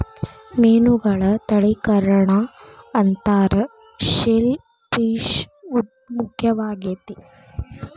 ಮೇನುಗಳ ತಳಿಕರಣಾ ಅಂತಾರ ಶೆಲ್ ಪಿಶ್ ಮುಖ್ಯವಾಗೆತಿ